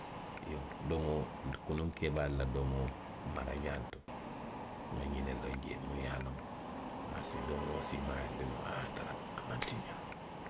Iyoo, domo kunuŋ keebaalu la domo, maraňaalu to. nŋa ňiŋ ne loŋ jee miŋ ye a loŋ a si domoo siimaayaandi noo a ye a tara a maŋ tiňaa.